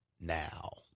Now